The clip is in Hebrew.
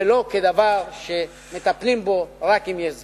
ולא כדבר שמטפלים בו רק אם יש זמן.